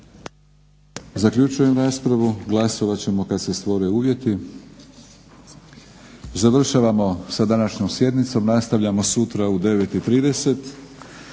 Zaključujem raspravu. Glasovat ćemo kad se stvore uvjeti. Završavamo sa današnjom sjednicom. Nastavljamo sutra u 9,30